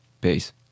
Peace